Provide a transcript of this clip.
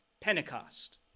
Pentecost